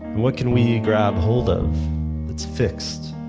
what can we grab hold of that's fixed?